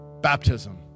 Baptism